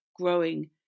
growing